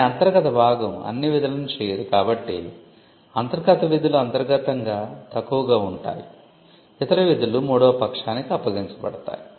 కాని అంతర్గత భాగం అన్ని విధులను చేయదు కాబట్టి అంతర్గత విధులు అంతర్గతంగా తక్కువగా ఉంటాయి ఇతర విధులు మూడవ పక్షానికి అప్పగించబడతాయి